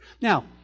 Now